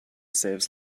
saves